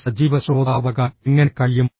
ഒരു സജീവ ശ്രോതാവാകാൻ എങ്ങനെ കഴിയും